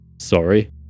Sorry